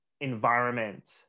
environment